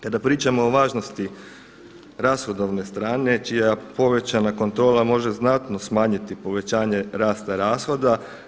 Kada pričamo o važnosti rashodovne strane čija povećana kontrola može znatno smanjiti povećanje rasta rashoda.